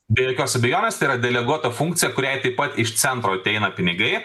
be jokios abejonės tai yra deleguota funkcija kuriai taip pat iš centro ateina pinigai